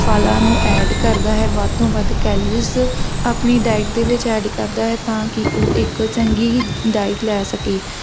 ਫਲਾਂ ਨੂੰ ਐਡ ਕਰਦਾ ਹੈ ਵੱਧ ਤੋਂ ਵੱਧ ਕੈਲਰੀਸ ਆਪਣੀ ਡਾਇਟ ਦੇ ਵਿੱਚ ਐਡ ਕਰਦਾ ਹੈ ਤਾਂ ਕਿ ਉਹ ਇੱਕ ਚੰਗੀ ਡਾਇਟ ਲੈ ਸਕੇ